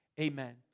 Amen